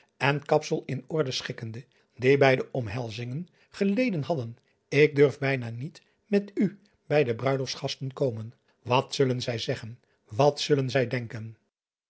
en kapsel in orde schikkende die bij de omhelzingen gele den hadden ik durf bijna niet met u bij de bruiloftsgasten komen wat zullen zij zeggen wat zullen zij denken